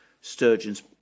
Sturgeon's